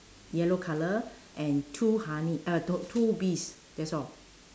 yellow colour and two honey uh no two bees that's all